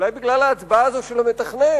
אולי בגלל ההצבעה הזאת של המתכנן,